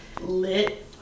Lit